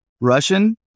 Russian